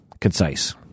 Concise